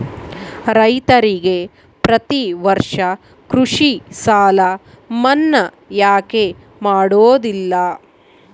ರೈತರಿಗೆ ಪ್ರತಿ ವರ್ಷ ಕೃಷಿ ಸಾಲ ಮನ್ನಾ ಯಾಕೆ ಮಾಡೋದಿಲ್ಲ?